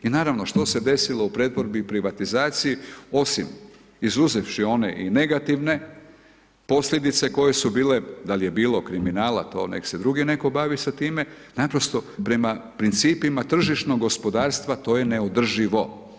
I Naravno, što se desilo u pretvorbi i privatizaciji, osim izuzevši one i negativne posljedice koje su bile, da li je bilo kriminala, to nek se netko drugi bavi sa time, naprosto prema principima tržišnog gospodarstva, to neodrživo.